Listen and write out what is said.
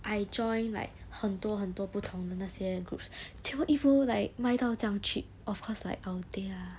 I join like 很多很多不同的那些 groups 全部衣服 like 卖到这样 cheap of course like I will take lah